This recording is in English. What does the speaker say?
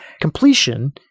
Completion